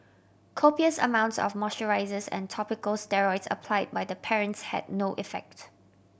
copious amounts of moisturisers and topical steroids apply by the parents had no effect